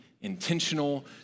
intentional